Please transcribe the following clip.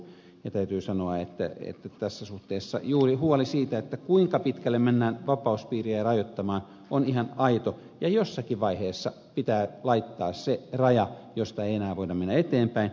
täytyy sanoa että tässä suhteessa juuri huoli siitä kuinka pitkälle mennään vapauspiiriä rajoittamaan on ihan aito ja jossakin vaiheessa pitää laittaa se raja josta ei enää voida mennä eteenpäin